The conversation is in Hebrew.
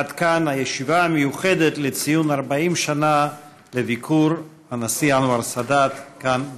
עד כאן הישיבה המיוחדת לציון 40 שנה לביקור הנשיא אנואר סאדאת כאן,